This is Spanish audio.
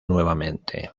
nuevamente